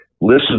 listen